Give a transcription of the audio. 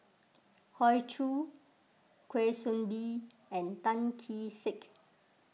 Hoey Choo Kwa Soon Bee and Tan Kee Sek